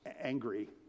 angry